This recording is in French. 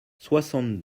soixante